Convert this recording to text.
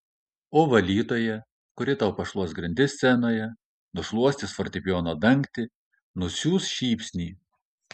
o valytoja kuri tau pašluos grindis scenoje nušluostys fortepijono dangtį nusiųs šypsnį